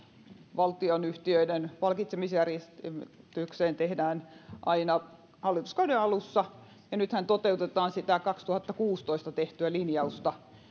valtionyhtiöiden palkitsemisjärjestykseen tehdään aina hallituskauden alussa ja nythän toteutetaan sitä kaksituhattakuusitoista tehtyä linjausta